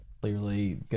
clearly